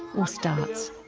or starrts.